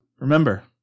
Remember